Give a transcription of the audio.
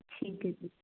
ਠੀਕ ਹੈ ਜੀ